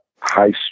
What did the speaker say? high